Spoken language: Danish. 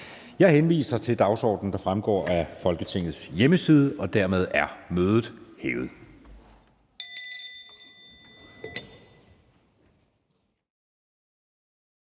Jeg henviser til den dagsorden, der fremgår af Folketingets hjemmeside. Mødet er hævet.